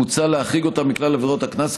מוצע להחריג אותה מכלל עבירות הקנס,